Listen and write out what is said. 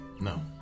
No